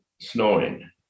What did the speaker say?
snowing